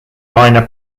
minor